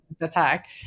attack